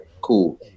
Cool